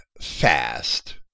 fast